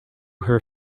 her